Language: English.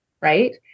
right